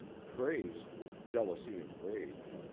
crazed with jealousy and rage,